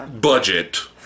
budget